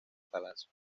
palacio